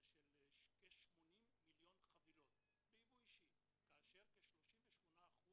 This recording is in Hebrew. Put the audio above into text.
זה של כ-80 מיליון חבילות ביבוא אישי כאשר כ-38%